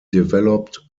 developed